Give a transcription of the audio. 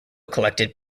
collected